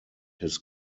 his